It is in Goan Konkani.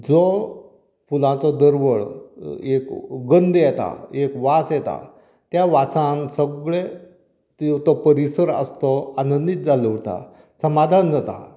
जो फुलाचो दर्वळ एक गंध येता एक वास येता त्या वासान सगळे तो परिसर आसा तो आनंदीत जाल्लो उरता समाधन जाता